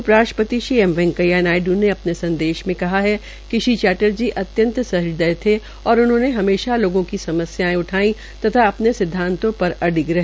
उप राष्ट्रपति श्री एम वैंकेया नायड् ने अपने संदेश में कहा कि श्री चैटर्जी अत्यंत सह्रदय थे और उन्होंने हमेशा लोगों की समस्यायें उठाई तथा अपने सिद्वातों पर अडिग रहे